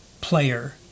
player